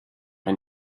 ein